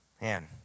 man